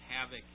havoc